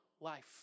life